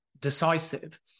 decisive